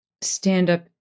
stand-up